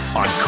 on